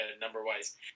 number-wise